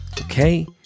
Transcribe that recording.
Okay